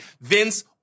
Vince